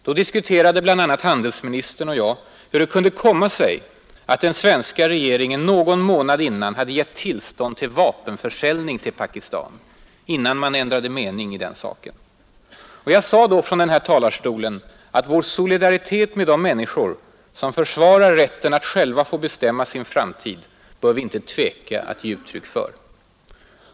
Då diskuterade bl.a. handelsministern och jag hur det kunde komma sig att den svenska regeringen någon månad tidigare hade givit tillstånd till vapenförsäljning till Pakistan — innan man ändrade mening i den saken. Jag sade då från den här talarstolen att ”vår solidaritet med de människor som försvarar rätten att själva få bestämma sin framtid bör vi inte tveka att ge uttryck för”.